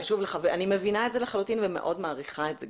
אני מבינה ומאוד מעריכה את זה,